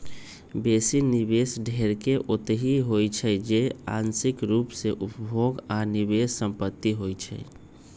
बेशी निवेश ढेरेक ओतहि होइ छइ जे आंशिक रूप से उपभोग आऽ निवेश संपत्ति होइ छइ